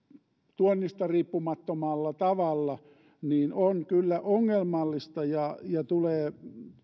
tuonnista riippumattomalla tavalla on kyllä ongelmallista ja ja tulee